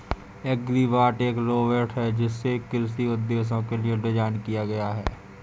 agribot एक robot है जिसे कृषि उद्देश्यों के लिए डिज़ाइन किया गया है